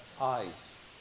eyes